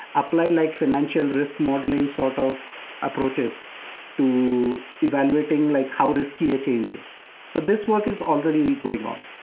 apply like financial risk modeling sort of approaches to evaluating like how risky a change is. so this work is already going on.